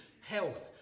health